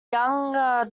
younger